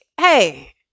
hey